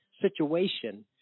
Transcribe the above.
situation